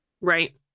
Right